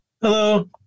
hello